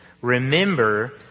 Remember